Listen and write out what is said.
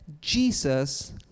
Jesus